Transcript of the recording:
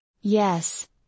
Yes